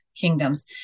kingdoms